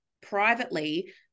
privately